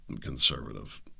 conservative